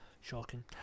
Shocking